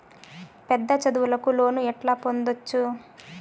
పెద్ద చదువులకు లోను ఎట్లా పొందొచ్చు